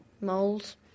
Moles